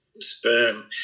sperm